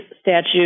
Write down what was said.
statute